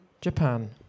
Japan